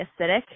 acidic